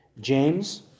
James